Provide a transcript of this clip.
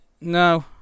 no